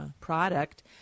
product